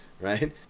right